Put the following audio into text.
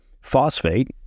phosphate